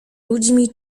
ludźmi